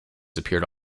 appeared